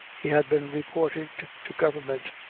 he had been reported to government,